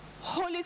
Holy